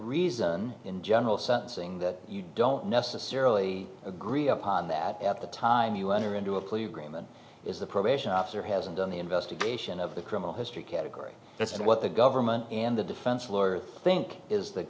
reason in general something that you don't necessarily agree upon that at the time you enter into a plea agreement is the probation officer hasn't done the investigation of the criminal history category that's what the government and the defense lawyer think is that